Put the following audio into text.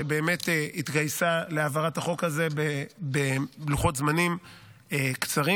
שהתגייסה להעברת החוק הזה בלוחות זמנים קצרים,